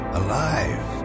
alive